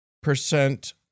percent